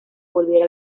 volviera